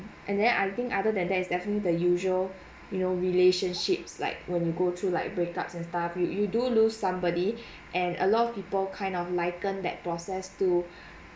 and then I think other than that is definitely the usual you know relationships like when you go through like breakups and stuff you you do lose somebody and a lot of people kind of liken that process to